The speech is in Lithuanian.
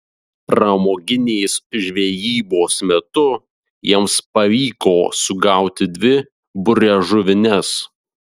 pramoginės žvejybos metu jiems pavyko sugauti dvi buriažuvines